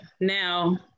now